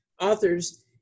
authors